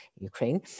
Ukraine